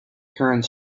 current